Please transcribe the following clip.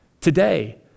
Today